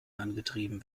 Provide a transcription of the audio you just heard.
angetrieben